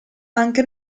anche